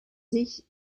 sich